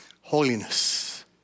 holiness